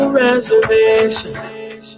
reservations